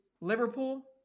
Liverpool